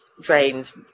drains